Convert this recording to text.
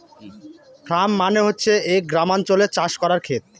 farm মানে হচ্ছে এক গ্রামাঞ্চলে চাষ করার খেত